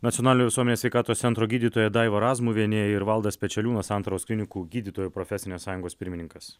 nacionalinio visuomenės sveikatos centro gydytoja daiva razmuvienė ir valdas pečeliūnas santaros klinikų gydytojų profesinės sąjungos pirmininkas